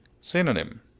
synonym